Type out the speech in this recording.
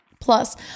Plus